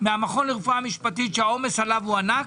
מהמכון לרפואה משפטית, שהעומס עליו הוא ענק,